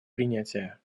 принятия